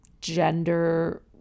gender